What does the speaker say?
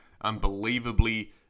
unbelievably